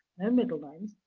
no middle names,